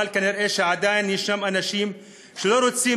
אבל כנראה עדיין יש אנשים שלא רוצים